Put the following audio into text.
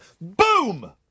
Boom